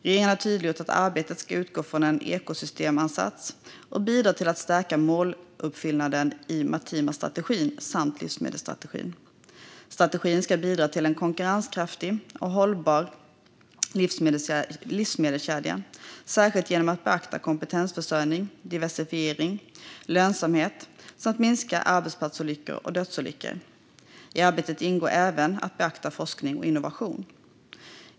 Regeringen har tydliggjort att arbetet ska utgå från en ekosystemansats och bidra till att stärka måluppfyllnaden i den maritima strategin samt livsmedelsstrategin. Strategin ska bidra till en konkurrenskraftig och hållbar livsmedelskedja, särskilt genom att beakta kompetensförsörjning, diversifiering och lönsamhet, samt minska arbetsplatsolyckor och dödsolyckor. I arbetet ingår även att beakta forskning och innovation.